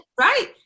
right